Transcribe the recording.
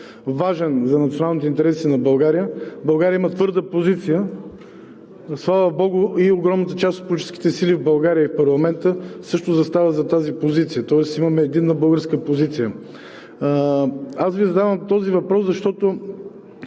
важен за националните интереси на България, България има твърда позиция. Слава богу, и огромната част от политическите сили в България, и парламентът също застават зад тази позиция, тоест имаме единна българска позиция. Аз Ви задавам този въпрос, защото